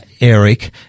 Eric